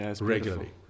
regularly